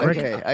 Okay